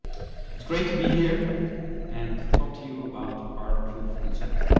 it's great to be here and talk to you about our proof of concept.